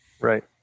Right